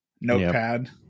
notepad